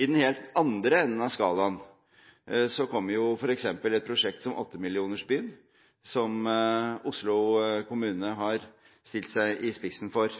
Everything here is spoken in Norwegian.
I den helt andre enden av skalaen kommer f.eks. et prosjekt som åttemillionersbyen som Oslo kommune har stilt seg i spissen for.